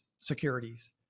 securities